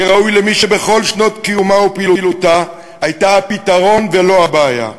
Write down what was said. כראוי למי שבכל שנות קיומה ופעילותה הייתה הפתרון ולא הבעיה,